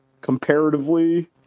comparatively